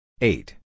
Eight